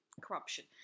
Corruption